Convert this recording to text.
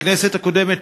בכנסת הקודמת,